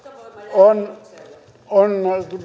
on on